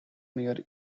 near